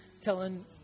telling